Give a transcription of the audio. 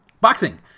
boxing